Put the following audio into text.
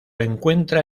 encuentra